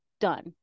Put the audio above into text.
done